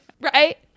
Right